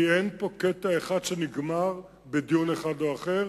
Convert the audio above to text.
כי אין פה קטע אחד שנגמר בדיון אחד או אחר.